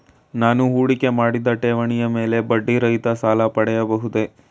ನಾನು ಹೂಡಿಕೆ ಮಾಡಿದ ಠೇವಣಿಯ ಮೇಲೆ ಬಡ್ಡಿ ರಹಿತ ಸಾಲ ಪಡೆಯಬಹುದೇ?